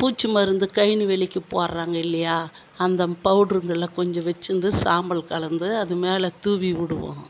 பூச்சு மருந்து கழனி வேலைக்கு போடுறாங்க இல்லையா அந்த பவுடருங்கள கொஞ்சம் வச்சுருந்து சாம்பல் கலந்து அதுமேலே தூவி விடுவோம்